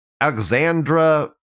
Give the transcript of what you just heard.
Alexandra